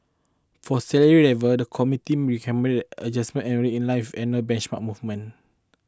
for salary levels the committee recommended adjusted annually in life in a benchmark movements